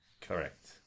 Correct